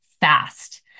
fast